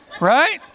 right